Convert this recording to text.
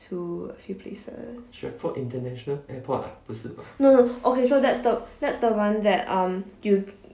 to a few places no no okay so that's the that's the one that um you